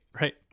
right